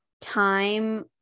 time